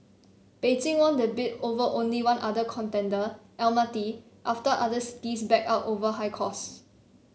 Beijing won the bid over only one other contender Almaty after other cities backed out over high costs